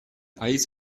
eis